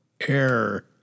error